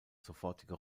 sofortige